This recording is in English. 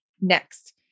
next